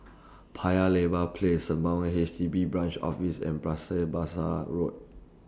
Paya Lebar Place Sembawang H D B Branch Office and Bras Basah Road